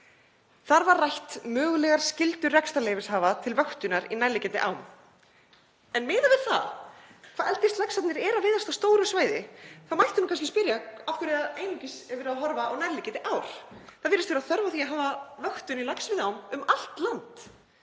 Þar var rætt um mögulegar skyldur rekstrarleyfishafa til vöktunar í nærliggjandi ám. En miðað við það hvað eldislaxarnir eru að veiðast á stóru svæði þá mætti kannski spyrja af hverju einungis er verið að horfa á nærliggjandi ár. Það virðist vera þörf á því að hafa vöktun í laxveiðiám um allt land.